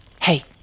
Hey